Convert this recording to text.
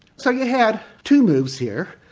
so you had two moves here,